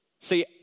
See